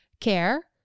care